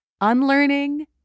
unlearning